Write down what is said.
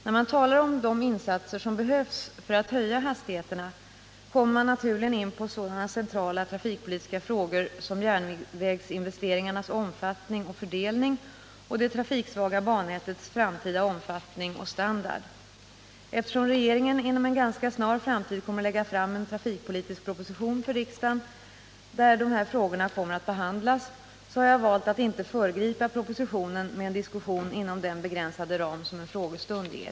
När man talar om de insatser som behövs för att höja hastigheterna kommer man naturligen in på sådana centrala trafikpolitiska frågor som järnvägsinvesteringarnas omfattning och fördelning och det trafiksvaga bannätets framtida omfattning och standard. Eftersom regeringen inom en ganska snar framtid kommer att lägga fram en trafikpolitisk proposition för riksdagen där dessa frågor kommer att behandlas, så har jag valt att inte föregripa propositionen med en diskussion inom den begränsade ram som en frågestund ger.